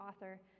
author